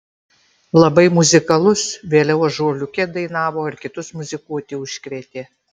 labai muzikalus vėliau ąžuoliuke dainavo ir kitus muzikuoti užkrėtė